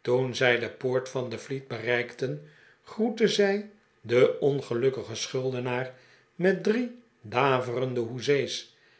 toen zij de poort van de fleet bereikten groetten zij den ongelukkigen schuldenaar met drie daverende hoezee's